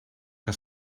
que